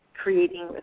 creating